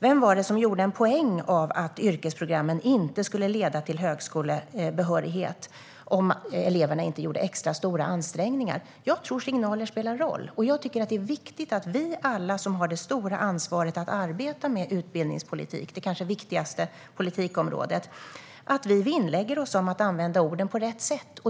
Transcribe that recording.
Vem var det som gjorde en poäng av att yrkesprogrammen inte skulle leda till högskolebehörighet, om inte eleverna gjorde extra stora ansträngningar? Jag tror att signaler spelar roll. Det är viktigt att alla vi som har det stora ansvaret att arbeta med utbildningspolitik - det kanske viktigaste politikområdet - vinnlägger oss om att använda orden på rätt sätt.